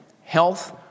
health